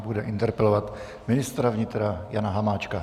Bude interpelovat ministra vnitra Jana Hamáčka.